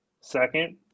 Second